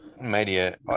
Media